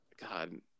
God